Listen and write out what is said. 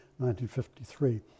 1953